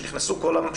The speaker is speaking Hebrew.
שנכנסו כולן,